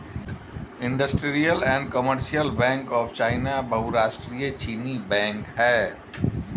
industrial and commercial bank of China बहुराष्ट्रीय चीनी bank है